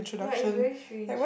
ya it's very strange